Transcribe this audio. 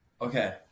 Okay